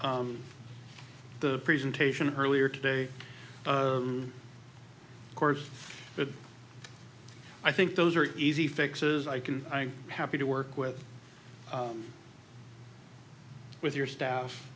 the presentation earlier today of course but i think those are easy fixes i can i'm happy to work with them with your staff